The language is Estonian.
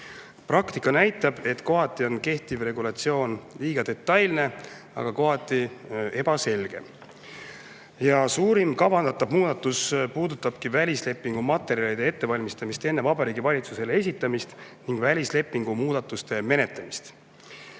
Praktika näitab, et kohati on kehtiv regulatsioon liiga detailne, aga kohati ebaselge. Suurim kavandatav muudatus puudutab välislepingu materjalide ettevalmistamist enne Vabariigi Valitsusele esitamist ning välislepingu muudatuste menetlemist.